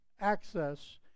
access